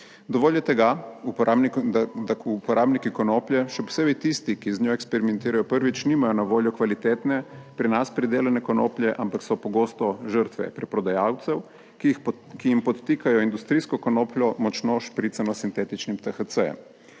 Uporabnik, da, uporabniki konoplje, še posebej tisti, ki z njo eksperimentirajo, prvič, nimajo na voljo kvalitetne pri nas pridelane konoplje, ampak so pogosto žrtve preprodajalcev, ki jim podtikajo industrijsko konopljo močno špricamo sintetičnim THC.